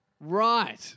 Right